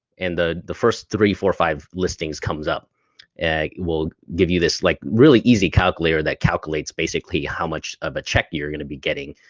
and the the first three, four or five listings comes up and will give you this like, really easy calculator that calculates basically how much of a check you're gonna be getting